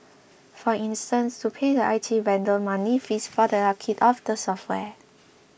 for instance to pay the I T vendor monthly fees for the upkeep of the software